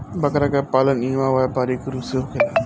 बकरा के पालन इहवा व्यापारिक रूप से होखेला